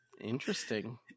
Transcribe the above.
Interesting